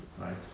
right